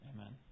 Amen